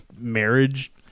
marriage